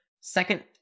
Second